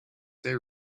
they